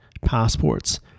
passports